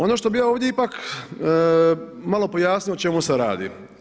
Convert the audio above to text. Ono što bi ja ovdje ipak malo pojasnio o čemu se radi.